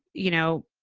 you know,